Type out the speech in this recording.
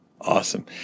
Awesome